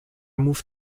moved